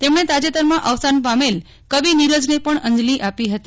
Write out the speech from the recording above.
તેમણે તાજેતરમાં અવસાન પામેલ કવિ નીરજને પણ અંજલી આપી હતી